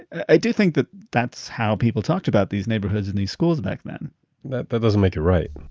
i do think that that's how people talked about these neighborhoods and these schools back then that that doesn't make it right